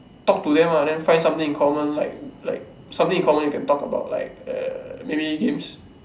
talk to them lah then find something in common like like something in common you can talk about like err maybe games